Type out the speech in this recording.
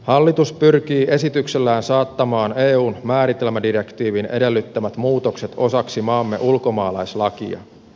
hallitus pyrkii esityksellään saattamaan eun määritelmädirektiivin edellyttämät muutokset osaksi maamme ulkomaalaislakia